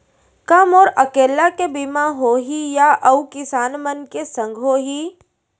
का मोर अकेल्ला के बीमा होही या अऊ किसान मन के संग होही?